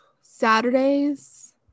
saturday's